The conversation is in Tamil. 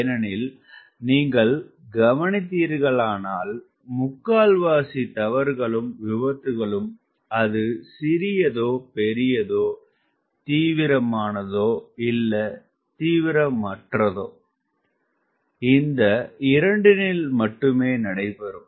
ஏனெனில் நீங்கள் கவனித்தீரானால் முக்கால் வாசி தவறுகளும் விபத்துகளும் சிறியதோ பெரியதோ தீவிரமானதோ தீவிரமல்லாததோ இந்த இரண்டனில் மட்டுமே நடைபெறும்